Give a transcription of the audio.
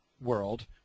world